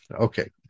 Okay